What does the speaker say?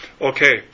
Okay